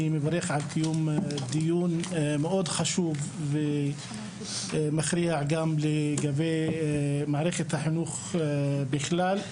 אני מברך על קיום הדיון החשוב מאוד ומכריע גם לגבי מערכת החינוך בכלל,